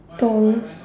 tall